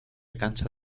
cansa